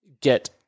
get